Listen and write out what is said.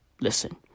Listen